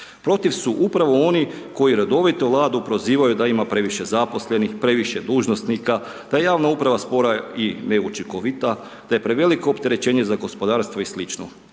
Protiv su upravo oni koji redovito Vladu prozivaju da ima previše zaposlenih, previše dužnosnika, da javna uprava spora je i neučinkovita te je preveliko opterećenje za gospodarstvo i